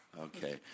Okay